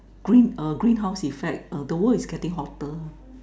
green greenhouse effect the world is getting hotter